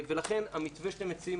ולכן המתווה שאתם מציעים,